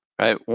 Right